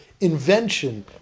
invention